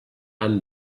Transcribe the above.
and